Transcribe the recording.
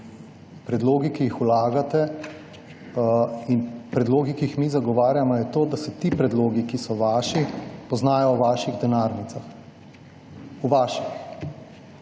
predlogi, ki jih vlagate in predlogi, ki jim mi zagovarjamo je to, da se ti predlogi, ki so vaši, poznajo v vaših denarnicah. V vaših.